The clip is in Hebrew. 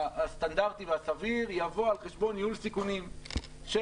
"הסטנדרטי והסביר" יבוא על חשבון של ניהול סיכונים של